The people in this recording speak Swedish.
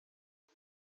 det